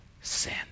sin